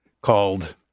called